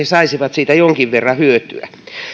saisivat siitä jonkin verran hyötyä